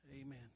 Amen